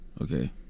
Okay